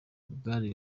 gare